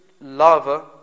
lava